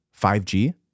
5G